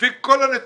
לפי כל הנתונים